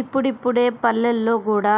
ఇప్పుడిప్పుడే పల్లెల్లో గూడా